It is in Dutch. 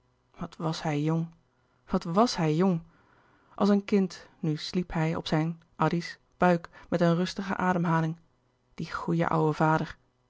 wat was hij jong wat was hij jong als een kind nu sliep hij op zijn addy's buik met een rustige ademhaling die goeie ouwe vader